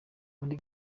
muri